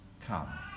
Come